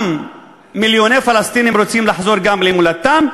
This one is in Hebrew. גם מיליוני פלסטינים רוצים לחזור למולדתם.